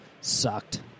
sucked